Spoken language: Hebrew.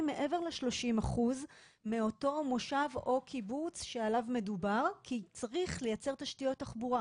מעבר ל-30% מאותו מושב או קיבוץ שעליו מדובר כי צריך לייצר תשתיות תחבורה,